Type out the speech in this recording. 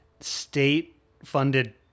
state-funded